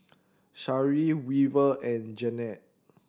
Shari Weaver and Janene